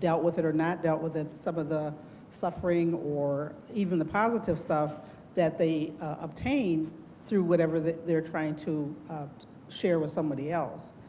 dealt with it or not dealt with it. some of the suffering or even the positive stuff that they obtained through whatever they are trying to share with somebody else.